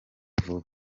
vuba